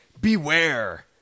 Beware